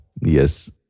Yes